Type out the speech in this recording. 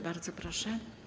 Bardzo proszę.